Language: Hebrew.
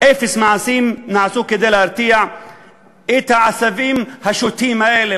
אפס מעשים נעשו כדי להרתיע את העשבים השוטים האלה,